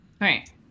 Right